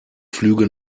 flüge